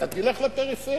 אתה תלך לפריפריה.